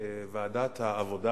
בוועדת העבודה